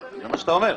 לא,